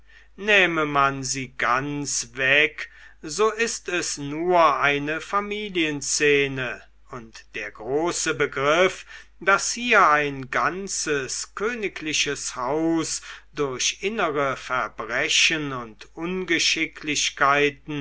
nähme man sie ganz weg so ist es nur eine familienszene und der große begriff daß hier ein ganzes königliches haus durch innere verbrechen und ungeschicklichkeiten